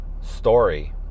story